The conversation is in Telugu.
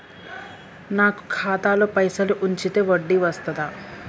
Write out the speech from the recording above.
నాకు ఖాతాలో పైసలు ఉంచితే వడ్డీ వస్తదా?